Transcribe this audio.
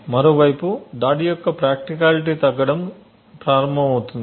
మరోవైపు దాడి యొక్క ప్రాక్టికాలిటీ తగ్గడం ప్రారంభమవుతుంది